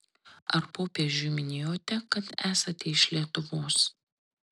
ar popiežiui minėjote kad esate iš lietuvos